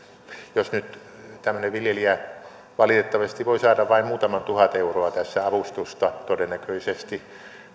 jos nyt tämmöinen viljelijä valitettavasti voi saada vain muutaman tuhat euroa tässä avustusta todennäköisesti